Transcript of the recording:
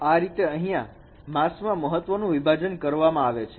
તો આ રીતે અહીંયા માસ્ક મા મહત્વનું વિભાજન કરવા મા આવે છે